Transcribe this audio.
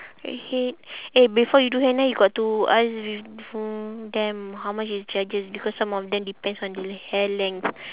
redhead eh before you do henna you got to ask with them how much is charges because some of them depends on the hair length